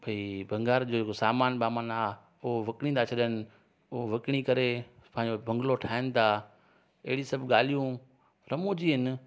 भाई भंगार जो जेको सामान ॿामान आहे उहो विकिणी था छॾिन उहो विकिणी करे पंहिंजो बंगलो ठाहिन था अहिड़ी सभु ॻाल्हियूं रमू जी आहिनि